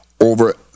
over